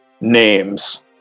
names